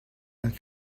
and